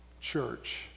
church